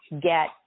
get